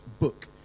book